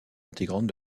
intégrante